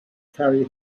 carry